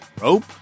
rope